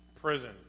prison